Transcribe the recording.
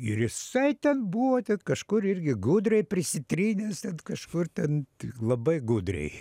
ir jisai ten buvo ten kažkur irgi gudriai prisitrynęs ten kažkur ten labai gudriai